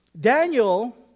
Daniel